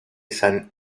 san